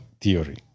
theory